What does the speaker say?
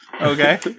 Okay